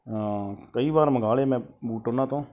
ਕਈ ਵਾਰ ਮੰਗਵਾ ਲਏ ਮੈਂ ਬੂਟ ਉਹਨਾਂ ਤੋਂ